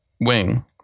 wing